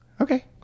Okay